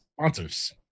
sponsors